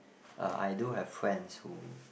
uh I do have friends who